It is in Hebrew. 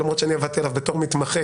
אני עבדתי עליו בתור מתמחה.